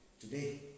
today